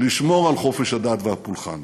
לשמור על חופש הדת והפולחן,